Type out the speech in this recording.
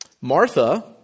Martha